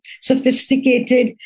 sophisticated